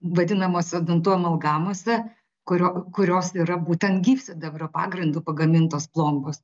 vadinamose dantų amalgamose kurio kurios yra būtent gyvsidabrio pagrindu pagamintos plombos